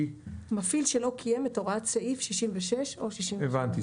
"מפעיל שלא קיים את הוראת סעיף 66 או 67". הבנתי.